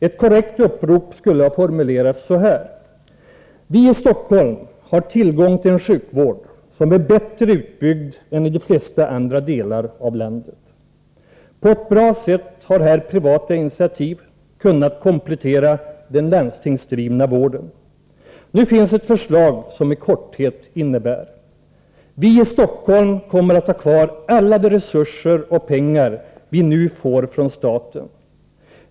Ett korrekt upprop skulle ha formulerats så här: Vii Stockholm har tillgång till en sjukvård som där är bättre utbyggd än i de flesta andra delar av landet. På ett bra sätt har här privata initiativ kunnat komplettera den landstingsdrivna vården. Nu finns ett förslag som i korthet innebär: —- Vi i Stockholm kommer att ha kvar alla de resurser och pengar vi nu får från staten.